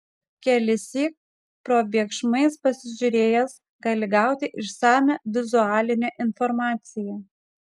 kelissyk probėgšmais pasižiūrėjęs gali gauti išsamią vizualinę informaciją